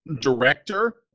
director